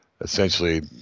essentially